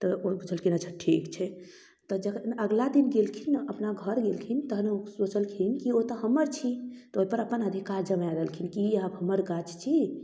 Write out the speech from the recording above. तऽ ओ पूछलखिन अच्छा ठीक छै तऽ जखन अगिला दिन गेलखिन अपना घर गेलखिन तहन ओ सोचलखिन की ओ तऽ हमर छी तऽ ओइपर अपन अधिकार जमा लेलखिन की ई आब हमर गाछ छी